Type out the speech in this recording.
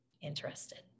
interested